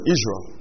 Israel